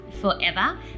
forever